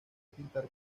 pintar